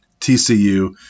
TCU